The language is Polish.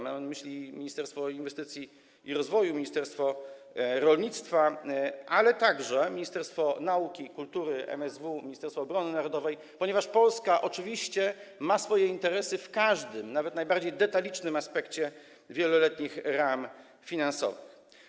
Mam na myśli Ministerstwo Inwestycji i Rozwoju, ministerstwo rolnictwa, ale także ministerstwo nauki i kultury, MSW, Ministerstwo Obrony Narodowej, ponieważ Polska oczywiście ma swoje interesy w każdym, nawet najbardziej detalicznym aspekcie wieloletnich ram finansowych.